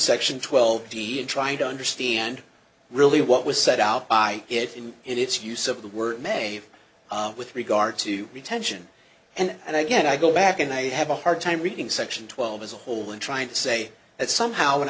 section twelve d and trying to understand really what was set out by it and in its use of the word may with regard to retention and i again i go back and i have a hard time reading section twelve as a whole and trying to say that somehow when